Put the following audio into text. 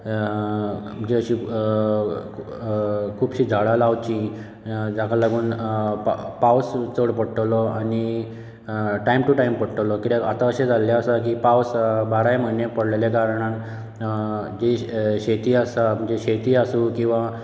म्हणजे अशें खुबशीं झाडां लावचीं जाका लागून पावस चड पडटलो आनी टायम टू टायम पडटलो कित्याक आतां अशें जाल्लें आसा की पावस बाराय म्हयने पडलेल्या कारणान शेती आसा आमची शेती आसूं किंवा